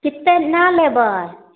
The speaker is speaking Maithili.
कितना लेबह